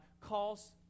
calls